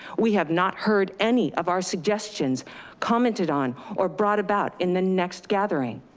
we have not heard any of our suggestions commented on or brought about in the next gathering.